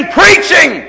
preaching